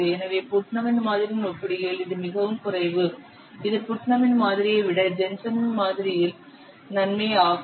எனவே புட்னமின் மாதிரியுடன் ஒப்பிடுகையில் இது மிகவும் குறைவு இது புட்னமின் மாதிரியை விட ஜென்சனின் மாதிரியின் Jensen's model நன்மை ஆகும்